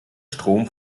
strom